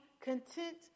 content